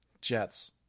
Jets